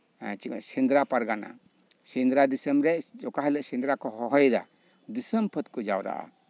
ᱥᱮᱸᱫᱽᱨᱟ ᱯᱟᱨᱜᱟᱱᱟ ᱥᱮᱸᱫᱽᱨᱟ ᱫᱤᱥᱚᱢᱨᱮ ᱚᱠᱟ ᱦᱤᱞᱳᱜ ᱥᱮᱸᱫᱽᱨᱟ ᱠᱚ ᱦᱚᱦᱚᱭᱮᱟ ᱫᱤᱥᱚᱢ ᱯᱷᱟᱹᱫ ᱠᱚ ᱡᱟᱣᱨᱟᱜᱼᱟ